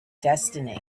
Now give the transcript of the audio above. destiny